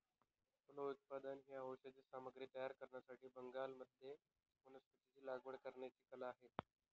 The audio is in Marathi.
फलोत्पादन ही औषधी सामग्री तयार करण्यासाठी बागांमध्ये वनस्पतींची लागवड करण्याची कला आहे